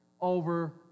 over